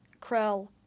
Krell